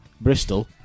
Bristol